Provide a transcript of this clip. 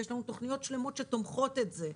ויש לנו תוכניות שלמות שתומכות את זה,